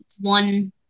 one